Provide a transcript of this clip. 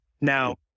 Now